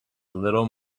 little